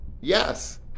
Yes